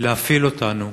להפעיל אותנו.